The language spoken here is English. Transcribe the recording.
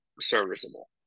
serviceable